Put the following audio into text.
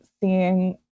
seeing